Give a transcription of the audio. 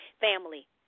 family